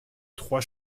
trois